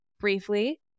Briefly